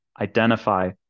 identify